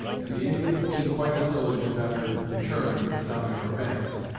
and the indians being quite as diligent on their return as on their advance,